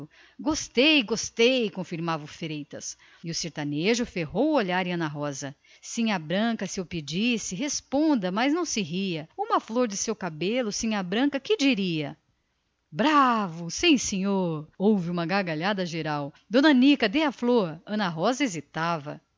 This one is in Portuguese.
gostei gostei confirmava o freitas protetoramente e o sertanejo ferrou o olhar em ana rosa sinhá dona se eu pedisse responda mas não se ria uma flor do seu cabelo sinhá dona que diria bravo sim senhor houve um sussurro alegre d anica dê a flor ana rosa hesitava